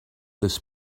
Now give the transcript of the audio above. this